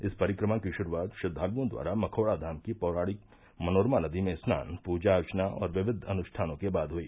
इस परिक्रमा की शुरूआत श्रद्वालुओं द्वारा मखौड़ा धाम की पौराणिक मनोरमा नदी मे स्नान पूजा अर्चना और विविध अनुष्ठानों के बाद हई